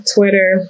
Twitter